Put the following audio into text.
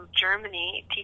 germany